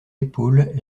épaules